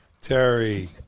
Terry